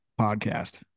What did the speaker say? podcast